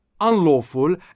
Unlawful